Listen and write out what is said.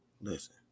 listen